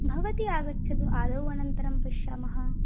भवती आगच्छतु आदौ अनन्तरं पश्यामः